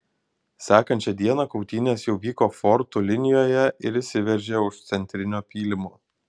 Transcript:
sekančią dieną kautynės jau vyko fortų linijoje ir įsiveržė už centrinio pylimo